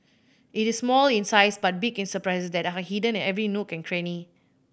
it is small in size but big in surprises that are hidden in every nook and cranny